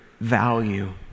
value